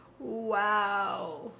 Wow